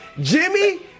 Jimmy